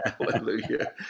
Hallelujah